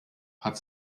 hat